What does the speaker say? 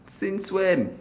since when